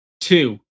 two